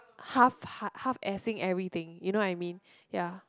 half hear~ half assing everything you know I mean ya